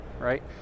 right